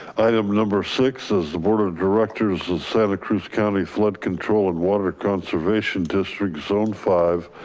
item number six is the board of directors of santa cruz county flood control and water conservation district zone five,